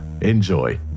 Enjoy